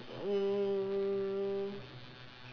um